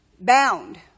Bound